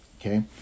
okay